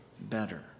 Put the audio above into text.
better